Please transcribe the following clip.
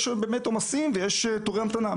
יש באמת עומסים ויש תורי המתנה.